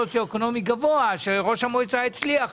סוציו-אקונומי גבוה כשראש המועצה הצליח,